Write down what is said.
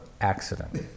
accident